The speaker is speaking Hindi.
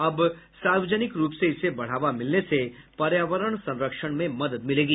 अब सार्वजनिक रूप से इसे बढ़ावा मिलने से पर्यावरण संरक्षण में मदद मिलेगी